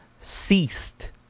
ceased